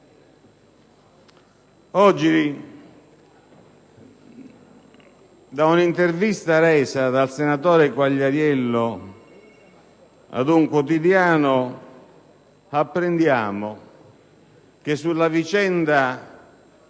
Oggi, da un'intervista resa dal senatore Quagliariello ad un quotidiano, apprendiamo che sulla vicenda